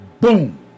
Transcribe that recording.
Boom